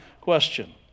question